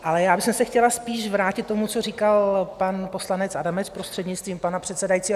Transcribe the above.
Ale já bych se chtěla spíš vrátit k tomu, co říkal pan poslanec Adamec, prostřednictvím pana předsedajícího.